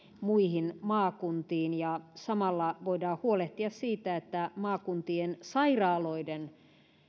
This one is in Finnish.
muihin maakuntiin ja samalla voidaan huolehtia siitä että maakuntien sairaaloiden